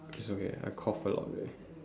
it's okay I cough a lot leh